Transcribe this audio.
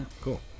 Cool